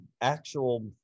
actual